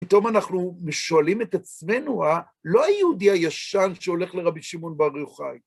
פתאום אנחנו שואלים את עצמנו, לא היהודי הישן שהולך לרבי שמעון בר יוחאי.